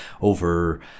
over